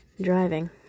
Driving